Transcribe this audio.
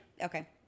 Okay